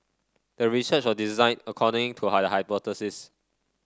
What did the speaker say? the research was designed according to high the hypothesis